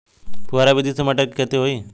फुहरा विधि से मटर के खेती होई